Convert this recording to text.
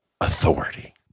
Authority